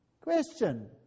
Question